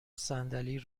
صندلی